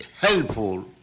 helpful